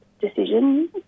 decision